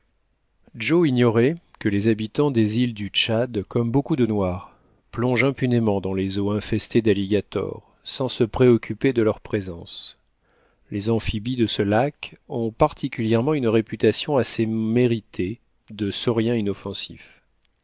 joe ignorait que les habitants des îles du tchad comme beaucoup de noirs plongent impunément dans les eaux infestées d'alligators sans se préoccuper de leur présence les amphibies de ce lac ont particulièrement une réputation assez mérité de sauriens inoffensifs